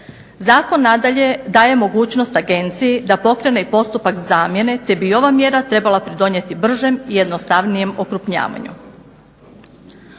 Zakon nadalje daje mogućnost agenciji da pokrene i postupak zamjene, te bi ova mjera trebala pridonijeti bržem i jednostavnijem okrupnjavanju.